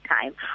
time